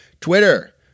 Twitter